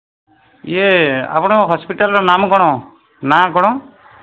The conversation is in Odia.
ଇଏ ଆପଣଙ୍କ ହସ୍ପିଟାଲ୍ର ନାମ କ'ଣ ନାଁ କ'ଣ